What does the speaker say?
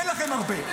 אין לכם הרבה,